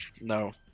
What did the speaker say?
No